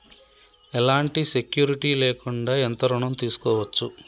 ఎలాంటి సెక్యూరిటీ లేకుండా ఎంత ఋణం తీసుకోవచ్చు?